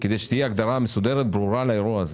כדי שתהיה הגדרה מסודרת וברורה לאירוע הזה.